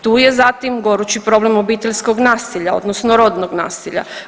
Tu je zatim gorući problem obiteljskog nasilja odnosno rodnog nasilja.